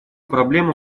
проблему